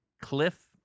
Cliff